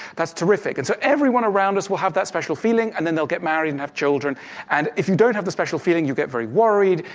that's terrific. and so everyone around us will have that special feeling, and then they'll get married and have children and if you don't have the special feeling, you get very worried.